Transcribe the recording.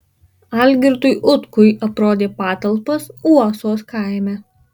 algirdui utkui aprodė patalpas uosos kaime